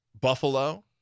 Buffalo